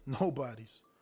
Nobody's